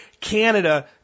Canada